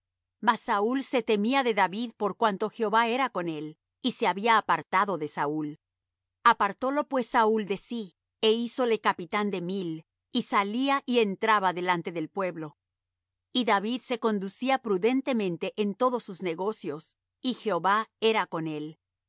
mas saúl se temía de david por cuanto jehová era con él y se había apartado de saúl apartólo pues saúl de sí é hízole capitán de mil y salía y entraba delante del pueblo y david se conducía prudentemente en todos sus negocios y jehová era con él